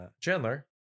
Chandler